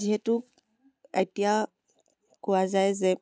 যিহেতু এতিয়া কোৱা যায় যে